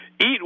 Eat